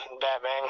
Batman